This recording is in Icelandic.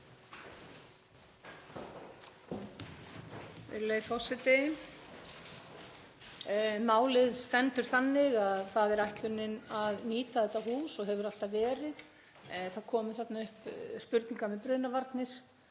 Málið stendur þannig að það er ætlunin að nýta þetta hús og hefur alltaf verið. Það komu þarna upp spurningar um brunavarnir.